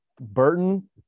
burton